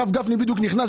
הינה, הרב גפני בדיוק נכנס.